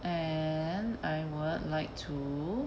and I would like to